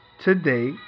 today